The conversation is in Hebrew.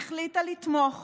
החליטה לתמוך